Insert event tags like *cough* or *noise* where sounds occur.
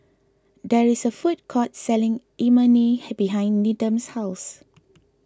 there is a food court selling Imoni *unintelligible* behind Needham's house